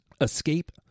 escape